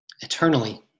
eternally